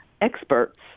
experts